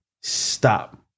stop